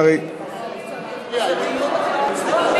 אחרי ההצבעה.